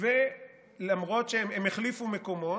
הם החליפו מקומות,